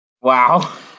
Wow